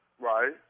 Right